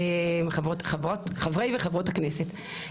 חברי וחברות הכנסת.